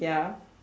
ya